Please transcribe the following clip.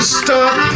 stop